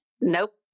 Nope